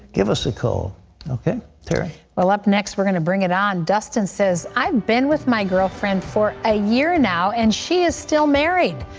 give us a call. terry ah up next, we're going to bring it on. dustin says, i've been with my girlfriend for a year now, and she is still married.